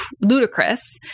ludicrous